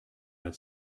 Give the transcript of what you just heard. had